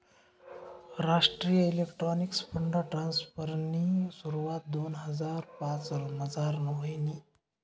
राष्ट्रीय electronics fund ट्रान्स्फरनी सुरवात दोन हजार पाचमझार व्हयनी